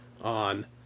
on